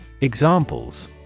Examples